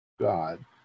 god